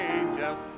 Angels